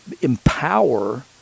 empower